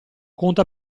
conta